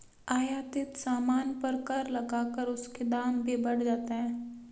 आयातित सामान पर कर लगाकर उसके दाम भी बढ़ जाते हैं